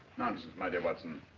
nonsense, my dear watson.